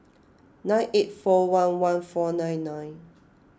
nine eight four one one four nine nine